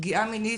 פגיעה מינית,